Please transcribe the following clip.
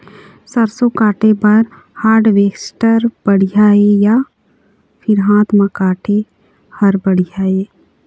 सरसों काटे बर हारवेस्टर बढ़िया हे या फिर हाथ म काटे हर बढ़िया ये?